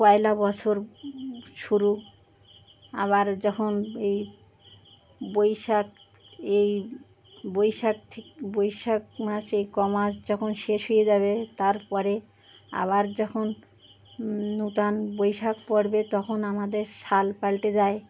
পয়লা বছর শুরু আবার যখন এই বৈশাখ এই বৈশাখ বৈশাখ মাস এই কমাস যখন শেষ হয়ে যাবে তার পরে আবার যখন নতুন বৈশাখ পড়বে তখন আমাদের সাল পালটে যায়